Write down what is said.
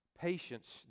Patience